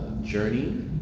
Journey